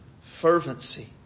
fervency